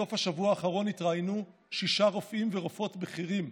בסוף השבוע האחרון התראיינו שישה רופאים ורופאות בכירים,